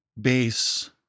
base